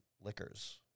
liquors